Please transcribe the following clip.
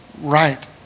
right